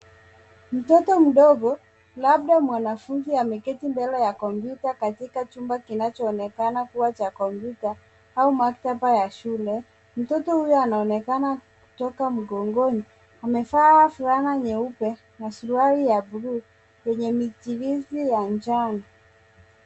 Mtoto mdogo labda mwanafunzi ameketi mbele ya kompyuta katika chumba kinachoonekana kuwa cha kompyuta au maktaba ya shule. Mtoto huyu anaonekana kuchoka mgongoni. Amevaa fulana nyeupe na suruali ya buluu yenye michirizi ya njano.